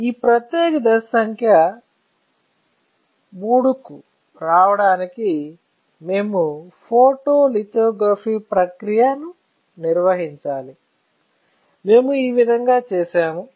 ఈ ప్రత్యేక దశ సంఖ్య III కు రావడానికి మేము ఫోటోలిథోగ్రఫీ ప్రక్రియను నిర్వహించాలి మేము ఈ విధంగా చేసాము